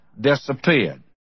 disappeared